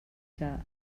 que